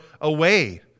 away